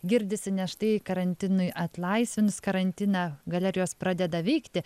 girdisi nes štai karantinui atlaisvinus karantiną galerijos pradeda veikti